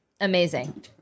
Amazing